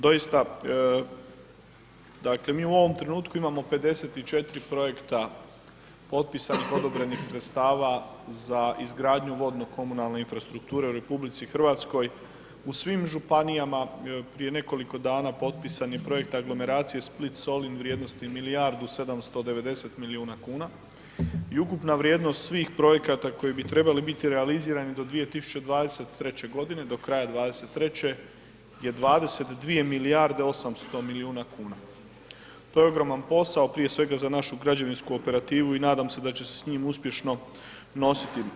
Doista, dakle mi u ovom trenutku imamo 54 projekta potpisanih odobrenih sredstava za izgradnju vodnokomunalne infrastrukture u RH, u svim županijama prije nekoliko dana potpisan je projekt aglomeracije Split-Solin vrijednosti milijardu 790 milijuna kuna i ukupna vrijednost svih projekata koji bi trebali biti realizirani do 2023.g., do kraja '23. je 22 milijarde 800 milijuna kuna, to je ogroman posao, prije svega za našu građevinsku operativu i nadam se da će se s njim uspješno nositi.